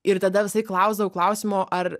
ir tada visąlaik klausdavau klausimo ar